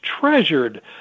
treasured